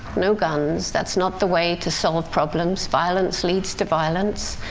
no guns. that's not the way to solve problems. violence leads to violence,